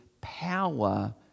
power